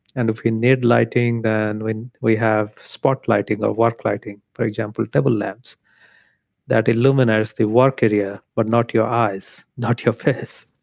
and if we need lighting, then then we have spot lighting or work lighting. for example, table lamps that illuminate the work area but not your eyes, not your face.